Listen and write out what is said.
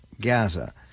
Gaza